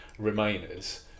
Remainers